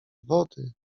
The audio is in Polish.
wody